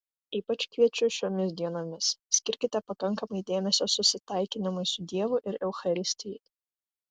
ypač kviečiu šiomis dienomis skirkite pakankamai dėmesio susitaikinimui su dievu ir eucharistijai